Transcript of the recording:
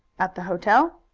at the hotel?